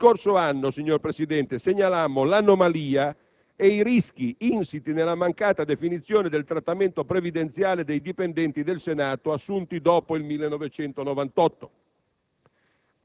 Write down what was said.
Lo scorso anno, signor Presidente, segnalammo l'anomalia e i rischi insiti nella mancata definizione del trattamento previdenziale dei dipendenti del Senato assunti dopo il 1998.